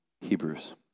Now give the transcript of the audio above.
Hebrews